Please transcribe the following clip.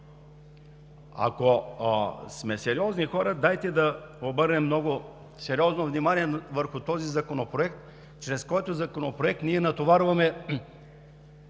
Ако сме сериозни хора, дайте да обърнем много сериозно внимание върху този законопроект, чрез който натоварваме